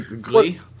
Glee